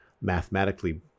mathematically